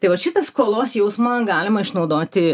tai vat šitą skolos jausmą galima išnaudoti